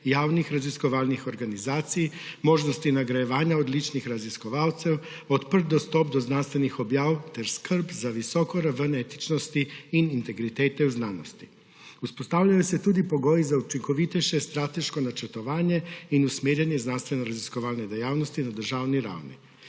javnih raziskovalnih organizacij, možnosti nagrajevanja odličnih raziskovalcev, odprt dostop do znanstvenih objav ter skrb za visoko raven etičnosti in integritete v znanosti. Vzpostavljajo se tudi pogoji za učinkovitejše strateško načrtovanje in usmerjanje znanstvenoraziskovalne dejavnosti na državni ravni.